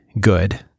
good